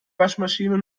waschmaschine